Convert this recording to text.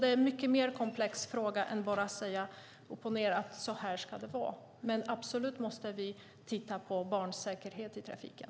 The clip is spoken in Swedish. Det är en mycket mer komplex fråga än att bara säga: Så här ska det vara. Men vi måste absolut titta på barnsäkerhet i trafiken.